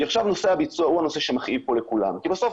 נושא הביצוע הוא נושא שמכאיב כאן לכולם כי בסוף,